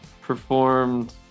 performed